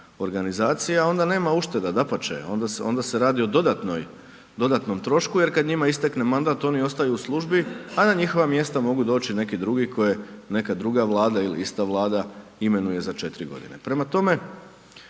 organizacija onda nema ušteda, dapače, onda se radi o dodatnom trošku jer kad njima istekne mandat oni ostaju u službi a na njihova mjesta mogu doći neki drugi koje neka druga Vlada ili ista Vlada imenuje za 4 godine. Prema tome,